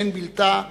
שאין בלתה,